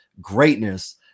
greatness